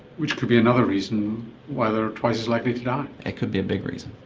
which could be another reason why they are twice as likely to die. it could be a big reason.